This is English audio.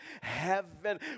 Heaven